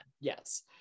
Yes